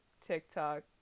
TikTok